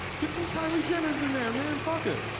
get some kylie jenners in there man, fuck it.